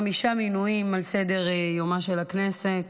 חמישה מינויים על סדר-יומה של הכנסת,